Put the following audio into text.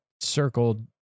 circled